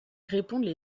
répondent